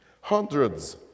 Hundreds